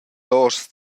loschs